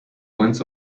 points